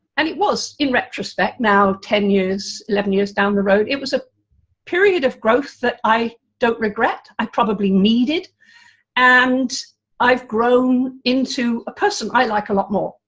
and it was, in retrospect, now, ten years eleven years down the road, it was a period of growth that i don't regret. i probably needed and i've grown into a person i like a lot more,